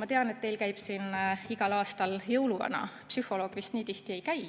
Ma tean, et teil käib siin igal aastal jõuluvana, psühholoog vist nii tihti ei käi.